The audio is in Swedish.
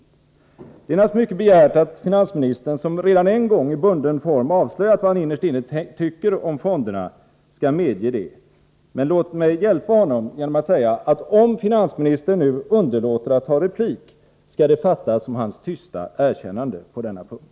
Det är naturligtvis mycket begärt att finansministern, som redan en gång i bunden form avslöjat vad han innerst inne tycker om fonderna, skall medge detta. Men låt mig hjälpa honom genom att säga, att om finansministern nu underlåter att begära replik, skall det fattas som hans tysta erkännande på denna punkt.